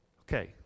Okay